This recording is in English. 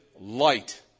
light